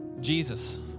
jesus